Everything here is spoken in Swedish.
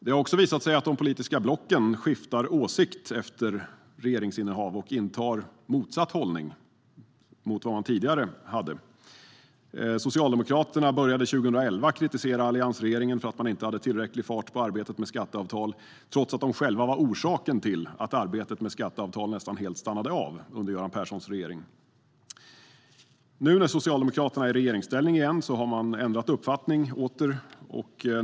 Det har också visat sig att de politiska blocken skiftar åsikt efter regeringsinnehav och intar motsatt hållning till den de tidigare hade. Socialdemokraterna började 2011 kritisera alliansregeringen för att inte ha tillräcklig fart i arbetet med skatteavtal, trots att de själva var orsaken till att arbetet med skatteavtalen nästan helt stannade av under Göran Perssons regering. Nu när Socialdemokraterna är i regeringsställning igen har de åter ändrat uppfattning.